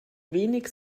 wenig